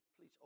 please